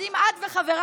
אז אם את וחברייך,